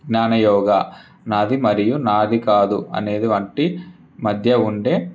జ్ఞాన యోగ నాది మరియు నాది కాదు అనేది వంటి మధ్య ఉండే